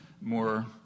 more